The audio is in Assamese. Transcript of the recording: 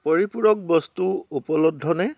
পৰিপূৰক বস্তু উপলব্ধনে